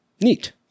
Neat